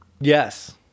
Yes